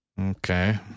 okay